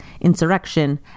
insurrection